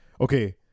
okay